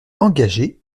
engagée